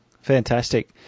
Fantastic